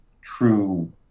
true